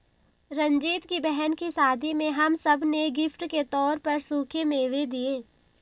रंजीत की बहन की शादी में हम सब ने गिफ्ट के तौर पर सूखे मेवे दिए